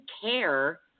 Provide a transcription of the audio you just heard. care